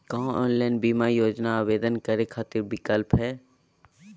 का ऑनलाइन बीमा योजना आवेदन करै खातिर विक्लप हई?